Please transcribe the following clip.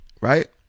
right